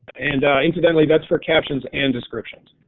and incidentally that's for captions and descriptions.